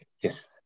Yes